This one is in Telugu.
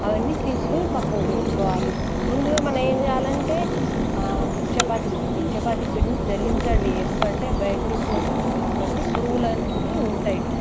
అవన్నీ తీసుకొని పక్కకు పెట్టుకోవాలి ముందుగా మనము ఏం చేయాలంటే చపాతి పిండి చపాతి పిండిని జల్లించండి ఎందుకంటే బయట నుంచి వస్తుంది కాబట్టి పురుగులు అనేవి ఉంటాయి